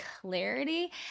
clarity